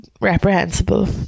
reprehensible